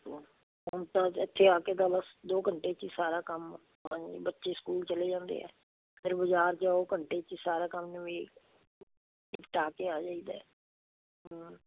ਹੁਣ ਤਾਂ ਇੱਥੇ ਆ ਕੇ ਤਾਂ ਬਸ ਦੋ ਘੰਟੇ 'ਚ ਹੀ ਸਾਰਾ ਕੰਮ ਹਾਂਜੀ ਬੱਚੇ ਸਕੂਲ ਚਲੇ ਜਾਂਦੇ ਆ ਫਿਰ ਬਾਜ਼ਾਰ ਜਾਓ ਘੰਟੇ 'ਚ ਸਾਰਾ ਕੰਮ ਵੀ ਨਿਪਟਾ ਕੇ ਆ ਜਾਈਦਾ ਹਾਂ